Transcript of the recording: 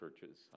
churches